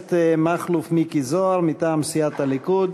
הכנסת מכלוף מיקי זוהר מטעם סיעת הליכוד.